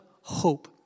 hope